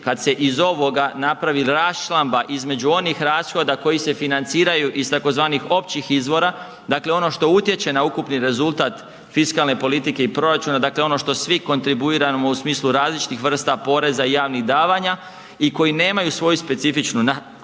kad se iz ovoga napravi raščlamba između onih rashoda koji se financiraju iz tzv. općih izvora, dakle ono što utječe na ukupni rezultat fiskalne politike i proračuna, dakle ono što svi kontribuirano u smislu različitih vrsta poreza i javnih davanja i koji nemaju svoju specifičnu namjenu,